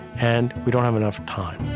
and we don't have enough time.